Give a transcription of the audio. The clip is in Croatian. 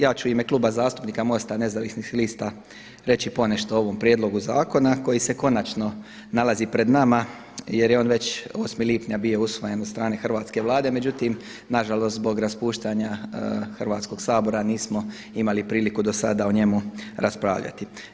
Ja ću u ime Kluba zastupnika MOST-a Nezavisnih lista reći ponešto o ovom prijedlogu zakona koji se konačno nalazi pred nama jer je on već 8. lipnja bio usvojen od strane hrvatske Vlade, međutim nažalost zbog raspuštanja Hrvatskoga sabora nismo imali priliku do sada o njemu raspravljati.